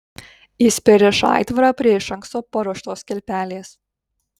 jis pririša aitvarą prie iš anksto paruoštos kilpelės